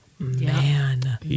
Man